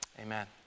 Amen